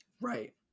Right